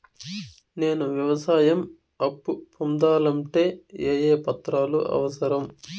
నేను వ్యవసాయం అప్పు పొందాలంటే ఏ ఏ పత్రాలు అవసరం?